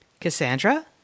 Cassandra